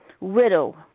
widow